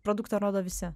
produktą rodo visi